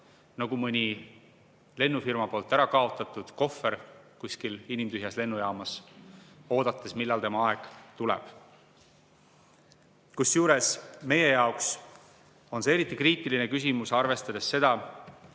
nagu mõni lennufirma süül ära kaotatud kohver kuskil inimtühjas lennujaamas, oodates, millal tema aeg tuleb. Kusjuures meie jaoks on see eriti kriitiline küsimus, arvestades seda,